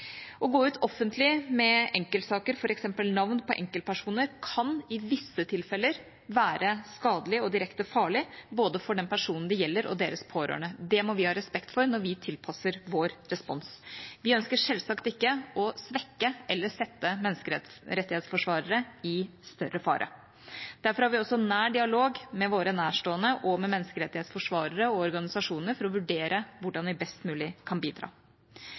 Å gå ut offentlig med enkeltsaker, f.eks. navn på enkeltpersoner, kan i visse tilfeller være skadelig og direkte farlig både for den personen det gjelder, og for deres pårørende. Det må vi ha respekt for når vi tilpasser vår respons. Vi ønsker selvsagt ikke å svekke eller sette menneskerettighetsforsvarere i større fare. Derfor har vi også nær dialog med våre nærstående og med menneskerettighetsforsvarere og organisasjoner for å vurdere hvordan vi best mulig kan bidra.